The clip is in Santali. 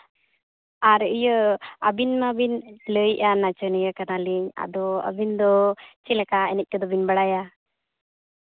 ᱟᱨ ᱤᱭᱟᱹ ᱟᱹᱵᱤᱱ ᱢᱟᱵᱤᱱ ᱞᱟᱹᱭᱮᱫᱼᱟ ᱱᱟᱪᱚᱱᱤᱭᱟᱹ ᱠᱟᱱᱟᱞᱤᱧ ᱟᱫᱚ ᱟᱹᱵᱤᱱ ᱫᱚ ᱪᱮᱫ ᱞᱮᱠᱟ ᱮᱱᱮᱡ ᱠᱚᱫᱚ ᱵᱮᱱ ᱵᱟᱲᱟᱭᱟ